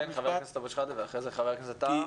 חבר הכנסת אבו-שחאדה ואחרי כן חבר הכנסת טאהא.